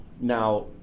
Now